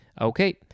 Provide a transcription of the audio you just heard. Okay